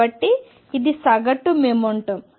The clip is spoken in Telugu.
కాబట్టి ఇది సగటు మొమెంటం